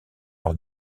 leur